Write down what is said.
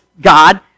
God